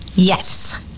Yes